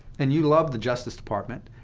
and you love the justice department,